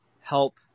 help